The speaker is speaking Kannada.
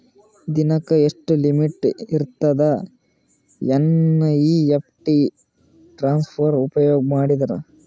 ದಿನಕ್ಕ ಎಷ್ಟ ಲಿಮಿಟ್ ಇರತದ ಎನ್.ಇ.ಎಫ್.ಟಿ ಟ್ರಾನ್ಸಫರ್ ಉಪಯೋಗ ಮಾಡಿದರ?